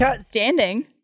standing